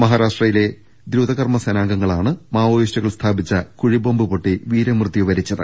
മഹാരാഷ്ട്രയിലെ ദ്രുതകർമ്മ സേനാംഗങ്ങളാണ് മാവോയിസ്റ്റു കൾ സ്ഥാപിച്ച കുഴിബോംബ് പൊട്ടി വീരമൃത്യു വരിച്ചത്